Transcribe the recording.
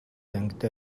ангидаа